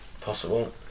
Possible